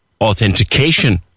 authentication